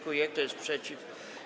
Kto jest przeciw?